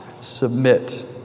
submit